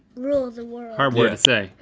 rule the world. hard word to say.